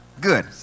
Good